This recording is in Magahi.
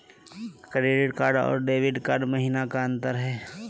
क्रेडिट कार्ड अरू डेबिट कार्ड महिना का अंतर हई?